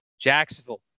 Jacksonville